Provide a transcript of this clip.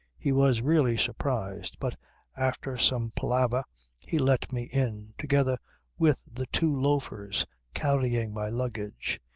he was really surprised, but after some palaver he let me in together with the two loafers carrying my luggage.